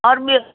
और ॿियो